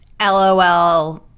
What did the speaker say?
LOL